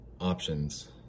options